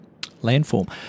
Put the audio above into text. landform